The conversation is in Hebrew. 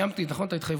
קיימתי את ההתחייבות,